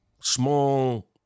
small